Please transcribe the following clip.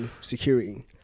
security